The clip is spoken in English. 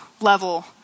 level